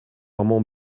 armand